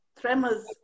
Tremors